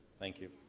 thank you.